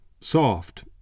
soft